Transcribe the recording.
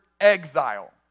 exile